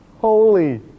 Holy